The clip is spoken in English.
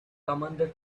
commander